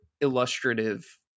illustrative